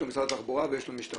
משרד התחבורה ויש לו המשטרה.